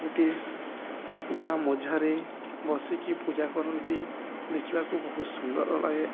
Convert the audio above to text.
ଗୋଟେ ଗାଁ ମଝାରେ ବସିକି ପୂଜା କରନ୍ତି ଦେଖିବାକୁ ବହୁତ ସୁନ୍ଦର ଲାଗେ